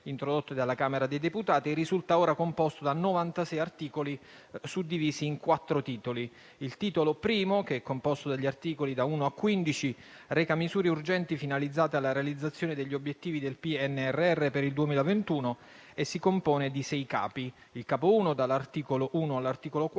introdotte dalla Camera dei deputati, risulta ora contenere 96 articoli suddivisi in quattro Titoli. Il Titolo I, composto dagli articoli da 1 a 15, reca misure urgenti finalizzate alla realizzazione degli obiettivi del PNRR per il 2021 e si compone di sei Capi. Il Capo I, dall'articolo 1 all'articolo 4,